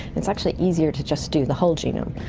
it's actually easier to just do the whole genome.